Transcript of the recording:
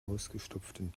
ausgestopften